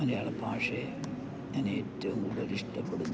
മലയാള ഭാഷയെ ഞാനേറ്റവും കൂടുതൽ ഇഷ്ടപ്പെടുന്നു